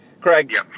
Craig